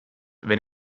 wenn